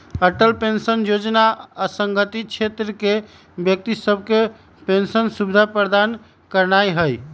Atal pension जोजना असंगठित क्षेत्र के व्यक्ति सभके पेंशन सुविधा प्रदान करनाइ हइ